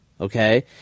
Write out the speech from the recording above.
okay